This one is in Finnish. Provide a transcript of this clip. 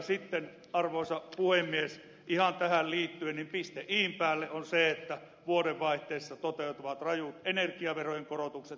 sitten arvoisa puhemies ihan tähän liittyen piste iin päälle on se että vuoden vaihteessa toteutuvat rajut energiaverojen korotukset